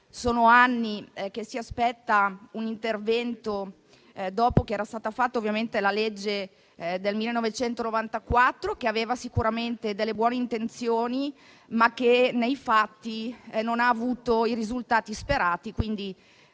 Sono anni che si aspetta un intervento, dopo che era stata fatta la legge del 1994, che aveva sicuramente delle buone intenzioni, ma che nei fatti non ha avuto i risultati sperati.